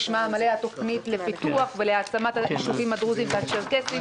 בשמה המלא: התוכנית לפיתוח ולהעצמת היישובים הדרוזיים והצ'רקסיים,